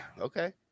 okay